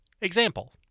Example